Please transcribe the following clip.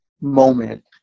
moment